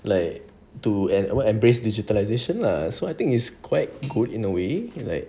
like to and what embrace digitalisation lah so I think it's quite good in a way like